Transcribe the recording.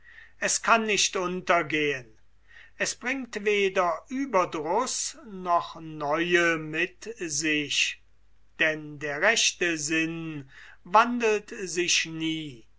es kann nicht untergehen es bringt weder ueberdruß noch neue mit sich denn der rechte sinn wandelt sich nie